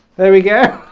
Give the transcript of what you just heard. there we go